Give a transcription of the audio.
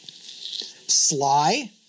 Sly